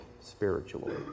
spiritually